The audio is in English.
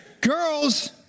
Girls